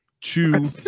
Two